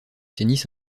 tennis